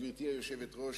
גברתי היושבת-ראש,